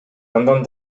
андан